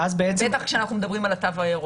בטח כשאנחנו מדברים על התו הירוק.